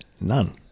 None